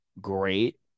great